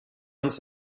uns